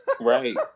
right